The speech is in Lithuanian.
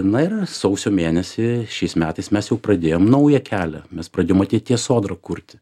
na ir sausio mėnesį šiais metais mes jau pradėjom naują kelią mes pradėjom ateities sodrą kurti